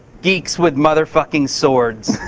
geeks with motherfucking swords.